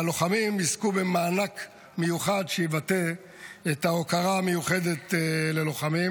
והלוחמים יזכו במענק מיוחד שיבטא את ההוקרה המיוחדת ללוחמים.